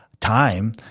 time